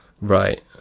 right